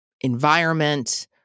environment